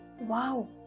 Wow